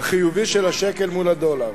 החיובי של השקל מול הדולר,